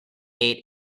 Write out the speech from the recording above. made